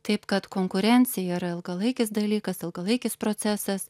taip kad konkurencija yra ilgalaikis dalykas ilgalaikis procesas